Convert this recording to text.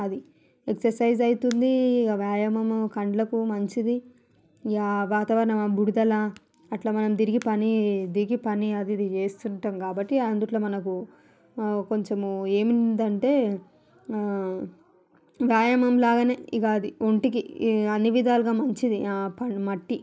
అది ఎక్సర్సైజ్ అయితుంది ఇంకా వ్యాయామము కళ్ళకు మంచిది ఇక వాతావరణం బుడదల అట్లా మనం తిరిగి పని దిగి పని అది ఇది చేస్తుంటాం కాబట్టి అందుట్ల మనకు కొంచెం ఏముందంటే వ్యాయామం లాగానే ఇంకా అది ఒంటికి అన్ని విధాలుగా మంచిది పొలం మట్టి